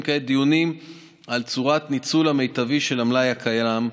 כעת דיונים על צורת הניצול המיטבי של המלאי הקיים,